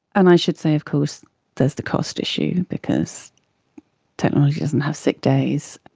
and i should say of course there's the cost issue because technology doesn't have sick days.